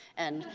and,